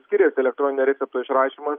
skiriasi elektroninio recepto išrašymas